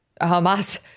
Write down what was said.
Hamas